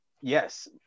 yes